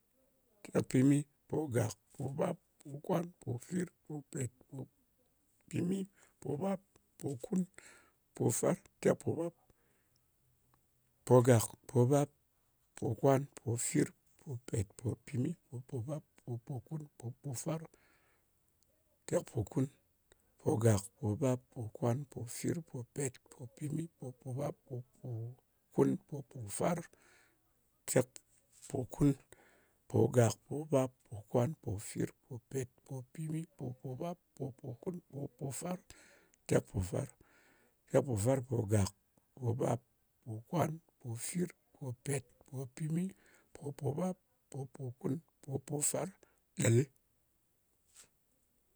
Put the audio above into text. Tekpimi. Pogàk, pobap, pokwan, pofir, popèt, popimi, pobòbap, popòkun, popòfar, tekpòbap. Pogàk, pobap, pokwan, pofir, popèt, popimi, pobòbap, popòkun, popòfar, tekpokun. Pogàk, pobap, pokwan, pofir, popèt, popimi, pobòbap, popòkun, popòfar, tekpòkun. Pogàk, pobap, pokwan, pofir, popèt, popimi, pobòbap, popòkun, popòfar, tekpòfar. Pogàk, pobap, pokwan, pofir, popèt, popimi, pobòbap, popòkun, popòfar, ɗali.